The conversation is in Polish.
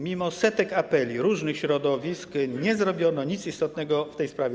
Mimo setek apeli różnych środowisk nie zrobiono nic istotnego w tej sprawie.